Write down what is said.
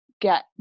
get